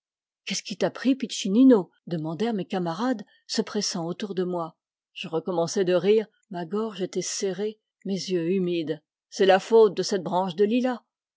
qu'est-ce qui t'a pris piccinino demandèrent mes camarades se pressant autour de moi je recommençai de rire ma gorge était serrée mes yeux humides c'est la faute de cette branche de lilas